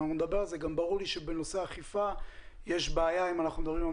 ברור לי שבנושא האכיפה יש בעיה אם אנחנו מדברים על